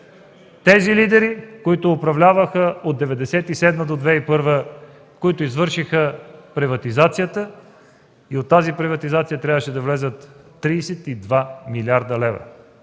Тези лидери, които управляваха от 1997 до 2001 г., които извършиха приватизацията и от тази приватизация трябваше да влязат 32 милиарда лева.